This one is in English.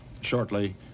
shortly